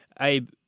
Abe